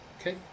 Okay